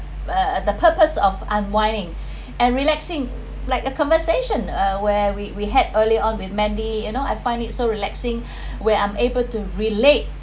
uh the purpose of unwinding and relaxing like a conversation uh where we we had early on with mandy you know I find it so relaxing where I'm able to relate